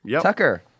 Tucker